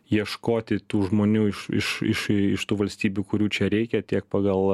ieškoti tų žmonių iš iš iš iš tų valstybių kurių čia reikia tiek pagal